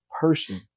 person